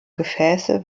gefäße